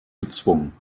gezwungen